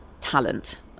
talent